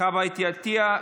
חוה אתי עטייה,